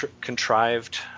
contrived